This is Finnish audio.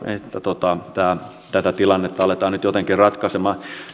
tätä tilannetta aletaan nyt jotenkin ratkaisemaan